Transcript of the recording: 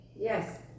Yes